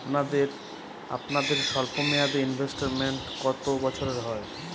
আপনাদের স্বল্পমেয়াদে ইনভেস্টমেন্ট কতো বছরের হয়?